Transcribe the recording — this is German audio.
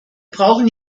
brauchen